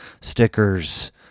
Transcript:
stickers